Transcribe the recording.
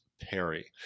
Perry